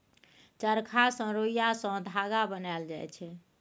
चरखा सँ रुइया सँ धागा बनाएल जाइ छै